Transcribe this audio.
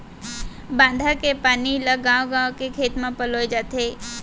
बांधा के पानी ल गाँव गाँव के खेत म पलोए जाथे